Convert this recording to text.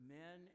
men